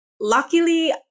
luckily